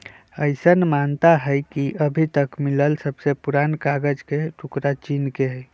अईसन मानता हई कि अभी तक मिलल सबसे पुरान कागज के टुकरा चीन के हई